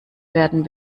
werden